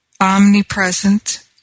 omnipresent